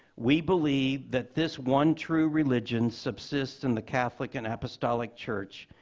we believe that this one true religion subsists in the catholic and apostolic church,